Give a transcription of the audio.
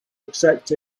accept